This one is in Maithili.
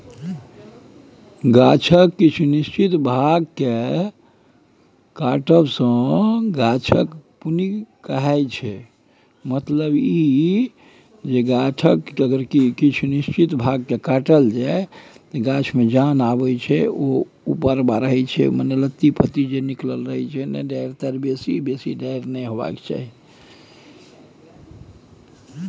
गाछक किछ निश्चित भाग केँ काटब गाछक प्रुनिंग कहाइ छै